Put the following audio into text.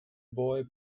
boy